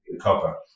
copper